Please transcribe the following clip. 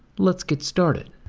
let's get started.